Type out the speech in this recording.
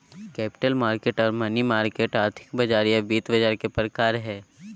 capital market आर money market आर्थिक बाजार या वित्त बाजार के प्रकार हय